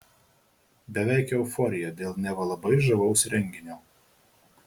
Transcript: beveik euforija dėl neva labai žavaus renginio